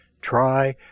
try